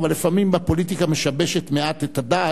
אבל לפעמים הפוליטיקה משבשת מעט את הדעת,